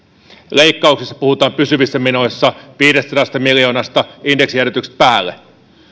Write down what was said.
leikkauksissa puhutaan pysyvissä menoissa viidestäsadasta miljoonasta indeksijäädytykset päälle